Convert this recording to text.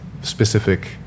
specific